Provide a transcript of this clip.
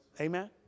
Amen